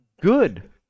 good